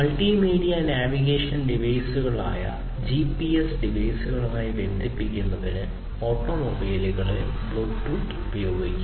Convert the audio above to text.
multimedia navigation ഡിവൈസുകളായ GPS ഡിവൈസുകളുമായി ബന്ധിപ്പിക്കുന്നതിന് ഓട്ടോമൊബൈലുകൾ ബ്ലൂടൂത്ത് ഉപയോഗിക്കും